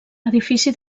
edifici